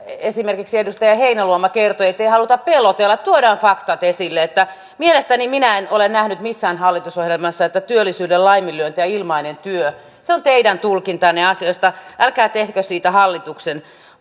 esimerkiksi edustaja heinäluoma kertoi ettei haluta pelotella että tuodaan faktat esille mielestäni minä en ole nähnyt missään hallitusohjelmassa että työllisyyden laiminlyönti ja ilmainen työ se on teidän tulkintanne asioista älkää tehkö siitä hallituksen